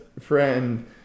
friend